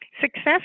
Success